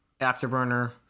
afterburner